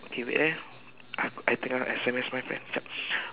okay wait eh I I tengah S_M_S my friend sekejap